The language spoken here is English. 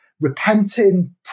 repenting